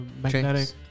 magnetic